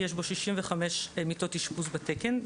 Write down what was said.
יש בו 65 מיטות אשפוז בתקן,